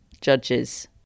judges